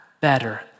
better